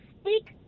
speak